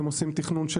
הם עושים תכנון של